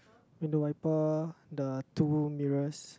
and the wiper the two mirrors